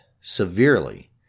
severely